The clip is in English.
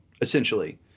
essentially